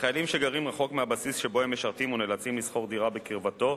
לחיילים שגרים רחוק מהבסיס שבו הם משרתים ונאלצים לשכור דירה בקרבתו,